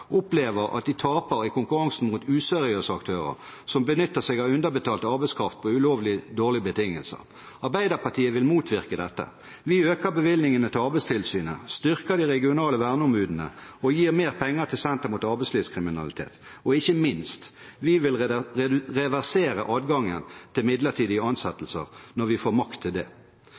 opplever at de taper i konkurransen mot useriøse aktører, som benytter seg av underbetalt arbeidskraft på ulovlige og dårlige betingelser. Arbeiderpartiet vil motvirke dette. Vi vil øke bevilgningene til Arbeidstilsynet, styrke de regionale verneombudene og gi mer penger til Senter mot arbeidslivskriminalitet. Og ikke minst vil vi reversere adgangen til midlertidige